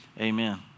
amen